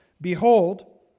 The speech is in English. Behold